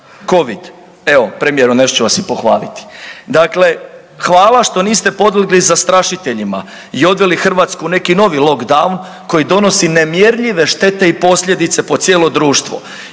Covid, evo premijeru nešto ću vas i pohvaliti. Dakle, hvala što niste podlegli zastrašiteljima i odveli Hrvatsku u neki novi lockdown koji donosi nemjerljive štete i posljedice po cijelo društvo